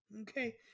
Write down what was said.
Okay